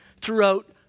throughout